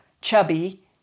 chubby